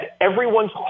everyone's